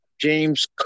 James